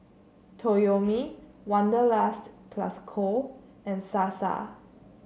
Toyomi Wanderlust Plus Co and Sasa